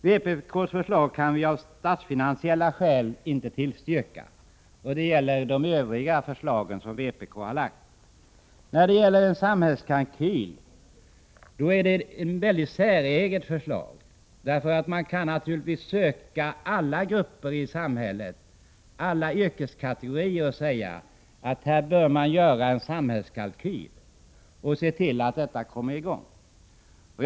Vpk:s förslag på denna punkt kan av statsfinansiella skäl inte tillstyrkas — det gäller också övriga förslag som vpk har framlagt. Det finns ett mycket säreget förslag om en samhällskalkyl. Man kan naturligtvis beträffande alla grupper i samhället, alla yrkeskategorier, säga att det bör göras en samhällskalkyl och se till att en sådan kommer till stånd.